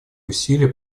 усилий